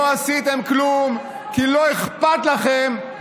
לא עשיתם כלום, כי לא אכפת לכם.